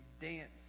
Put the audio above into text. dance